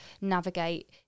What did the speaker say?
navigate